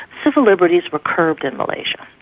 civil liberties were curbed in malaysia,